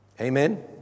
Amen